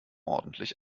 ordentlich